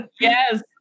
Yes